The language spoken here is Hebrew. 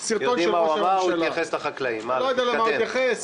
אתם הופכים